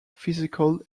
physical